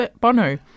Bono